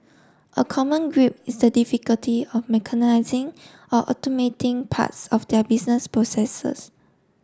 a common grip is the difficulty of mechanising or automating parts of their business processes